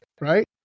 right